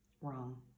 wrong